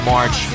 March